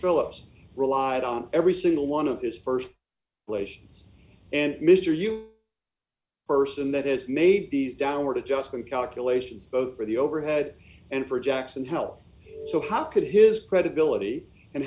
phillips relied on every single one of his st place and mr you person that has made these downward adjustment calculations both for the overhead and for jackson health so how could his credibility and